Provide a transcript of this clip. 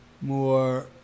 more